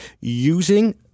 using